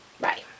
Bye